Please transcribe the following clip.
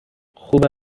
خوبم